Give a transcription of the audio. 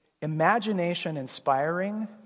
imagination-inspiring